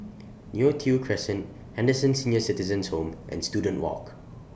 Neo Tiew Crescent Henderson Senior Citizens' Home and Student Walk